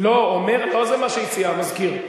לא, לא זה מה שהציע המזכיר.